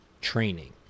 training